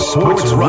Sports